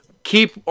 keep